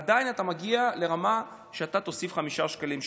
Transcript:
עדיין אתה מגיע לרמה שאתה תוסיף 5 שקלים,